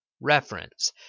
Reference